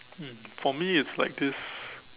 mm for me it's like this